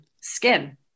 skin